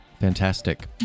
Fantastic